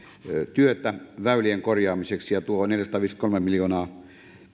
työtä väylien korjaamiseksi ja tuo neljäsataaviisikymmentäkolme miljoonaa